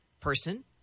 person